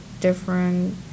different